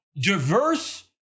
diverse